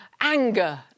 anger